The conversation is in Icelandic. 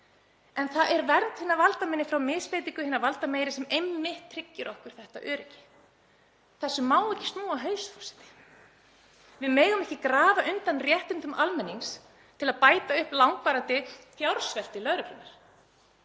En það er vernd hinna valdaminni frá misbeitingu hinna valdameiri sem tryggir okkur einmitt þetta öryggi. Þessu má ekki snúa á haus, forseti. Við megum ekki grafa undan réttindum almennings til að bæta upp langvarandi fjársvelti lögreglunnar